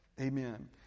Amen